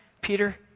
Peter